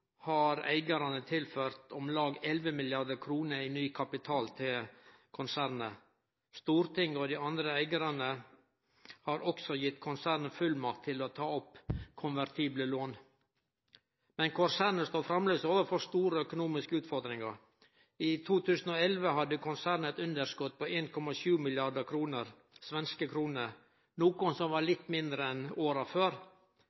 har eigarane tilført om lag 11 mrd. kr i ny kapital til konsernet. Stortinget og dei andre eigarane har også gitt konsernet fullmakt til å ta opp konvertible lån. Men konsernet står framleis overfor store økonomiske utfordringar. I 2011 hadde konsernet eit underskot på 1,7 mrd. svenske kroner, noko som var litt mindre enn åra før.